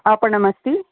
आपणम् अस्ति